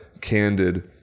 candid